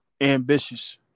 Ambitious